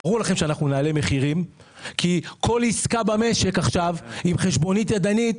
ברור לכם שאנחנו נעלה מחירים כי כל עסקה במשק עכשיו עם חשבונית ידנית,